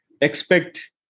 expect